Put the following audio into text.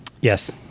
yes